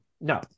No